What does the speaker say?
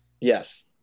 Yes